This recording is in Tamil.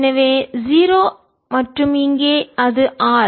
எனவே 0 மற்றும் இங்கே அது R